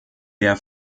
der